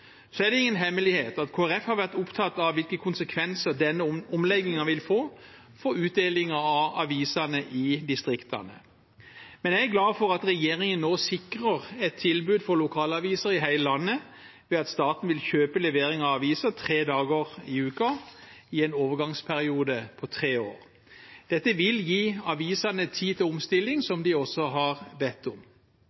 Så er det ingen hemmelighet at Kristelig Folkeparti har vært opptatt av hvilke konsekvenser denne omleggingen vil få for utdeling av aviser i distriktene. Men jeg er glad for at regjeringen nå sikrer et tilbud for lokalaviser i hele landet, ved at staten vil kjøpe levering av aviser tre dager i uken i en overgangsperiode på tre år. Dette vil gi avisene tid til omstilling,